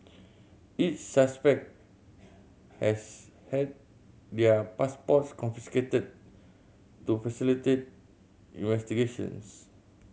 each suspect has had their passports confiscated to facilitate investigations